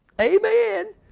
Amen